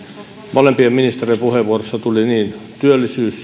molempien ministerien puheenvuoroissa tuli niin työllisyys